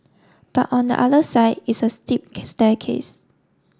but on the other side is a steep case staircase